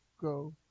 go